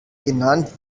genannt